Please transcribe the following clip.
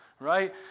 right